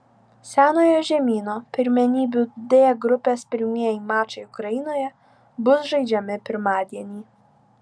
senojo žemyno pirmenybių d grupės pirmieji mačai ukrainoje bus žaidžiami pirmadienį